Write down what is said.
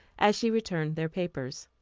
as she returned their papers.